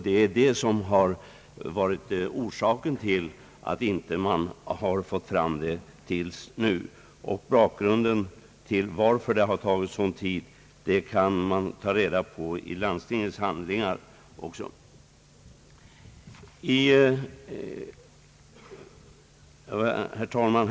Det är detta som varit orsaken till förseningen. Bakgrunden till att det tagit sådan tid kan man för övrigt ta reda på i landstingets handlingar. Herr talman!